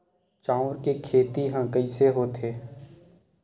चांउर के खेती ह कइसे होथे?